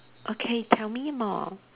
okay tell me more